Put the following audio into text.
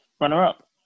runner-up